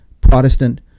Protestant